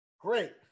Great